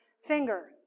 finger